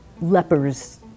lepers